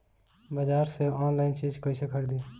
बाजार से आनलाइन चीज कैसे खरीदी?